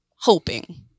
hoping